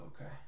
okay